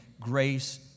Grace